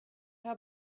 how